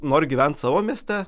noriu gyvent savo mieste